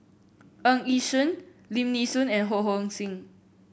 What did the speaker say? Ng Yi Sheng Lim Nee Soon and Ho Hong Sing